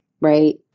right